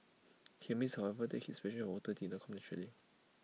he admits however that his passion water did not come naturally